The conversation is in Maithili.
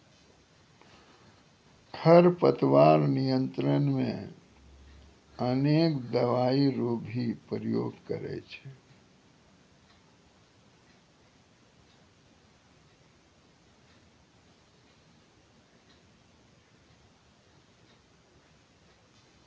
खरपतवार नियंत्रण मे अनेक दवाई रो भी प्रयोग करे छै